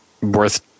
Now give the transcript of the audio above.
worth